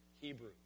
Hebrew